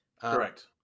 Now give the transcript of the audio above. Correct